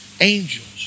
angels